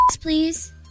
please